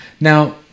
Now